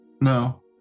No